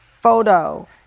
photo